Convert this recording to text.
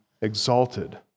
exalted